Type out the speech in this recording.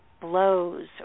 blows